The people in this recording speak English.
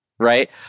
Right